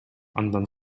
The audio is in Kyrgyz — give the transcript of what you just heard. андан